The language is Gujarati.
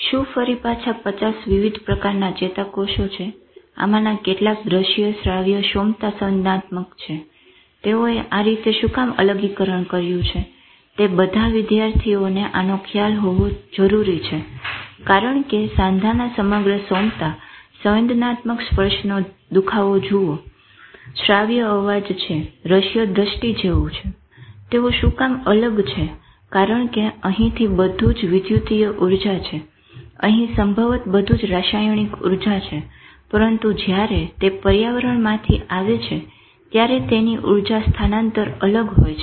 શું આ ફરી પાછા 50 વિવિધ પ્રકારના ચેતાકોષો છે આમાંના કેટલાક દ્રશ્ય શ્રાવ્ય સોમતા સંવેદનાત્મક છે તેઓએ આ રીતે શું કામ અલગીકરણ કર્યું છે તે બધા વિદ્યાર્થીઓને આનો ખ્યાલ હોવો જરૂરી છે કારણ કે સાંધાના સમગ્ર સોમતા સંવેદનાત્મક સ્પર્શનો દુખાવો જુઓ શ્રાવ્ય અવાજ છે દ્રશ્યએ દ્રષ્ટિ જેવું છે તેઓ શું કામ અલગ છે કારણ કે અહીંથી બધું જ વિદ્યુતીય ઉર્જા છે અહી સંભવત બધું જ રાસાયણિક ઉર્જા છે પરંતુ જયારે તે પર્યાવરણ માંથી આવે છે ત્યારે તેની ઉર્જા સ્થાનાંતર અલગ હોય છે